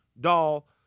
doll